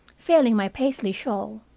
failing my paisley shawl.